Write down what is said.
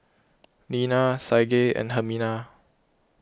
Lina Saige and Hermina